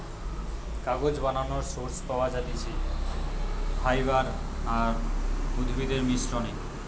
কাগজ বানানোর সোর্স পাওয়া যাতিছে ফাইবার আর উদ্ভিদের মিশ্রনে